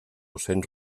cents